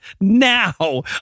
now